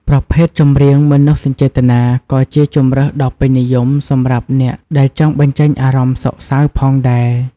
ប្រភេទចម្រៀងមនោសញ្ចេតនា ក៏ជាជម្រើសដ៏ពេញនិយមសម្រាប់អ្នកដែលចង់បញ្ចេញអារម្មណ៍សោកសៅផងដែរ។